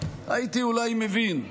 הייתי אולי מבין,